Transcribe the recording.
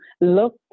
look